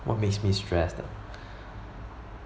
what makes me stressed ah